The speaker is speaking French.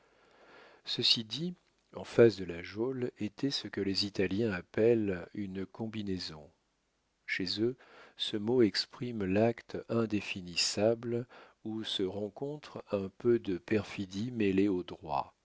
ceci dit en face de la geôle était ce que les italiens appellent une combinaison chez eux ce mot exprime l'acte indéfinissable où se rencontre un peu de perfidie mêlée au droit